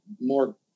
more